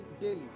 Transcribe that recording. daily